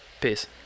peace